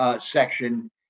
section